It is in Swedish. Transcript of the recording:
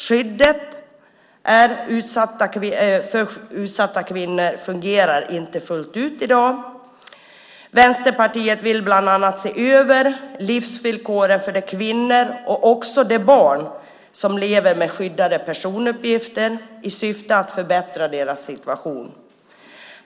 Skyddet för utsatta kvinnor fungerar inte fullt ut i dag. Vänsterpartiet vill bland annat se över livsvillkoren för de kvinnor och också de barn som lever med skyddade personuppgifter i syfte att förbättra deras situation.